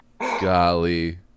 golly